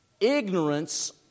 Ignorance